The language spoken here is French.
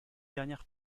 dernières